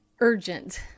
urgent